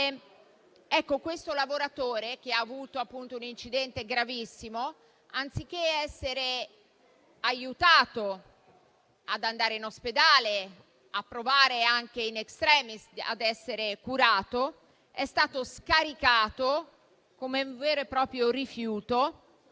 Questo lavoratore, che ha avuto appunto un incidente gravissimo, anziché essere aiutato ad andare in ospedale, per provare, anche *in extremis*, ad essere curato, è stato scaricato come un vero e proprio rifiuto